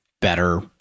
better